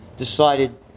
decided